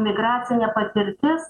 migracinė patirtis